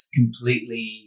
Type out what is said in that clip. completely